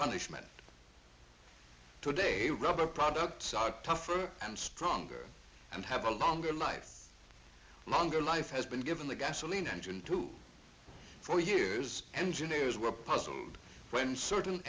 punishment today rather products are tougher and stronger and have a longer life longer life has been given the gasoline engine to four years engineers were puzzled when certain